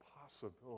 possibility